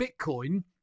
Bitcoin